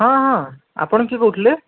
ହଁ ହଁ ଆପଣ କିଏ କହୁଥିଲେ